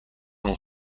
non